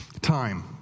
time